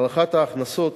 הערכת ההכנסות